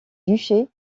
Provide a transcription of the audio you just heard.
duché